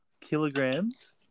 kilograms